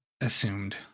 assumed